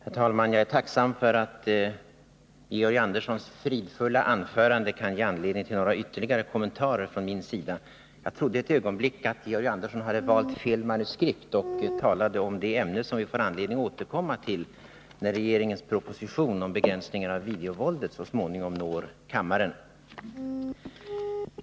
Herr talman! Jag är tacksam för att Georg Anderssons fridfulla anförande kan ge anledning till ytterligare några kommentarer från min sida. Jag trodde ett ögonblick att Georg Andersson hade tagit fel manuskript och talade om det ämne som vi får anledning att återkomma till när regeringens proposition om begränsningar av videovåldet så småningom når kammaren.